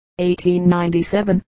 1897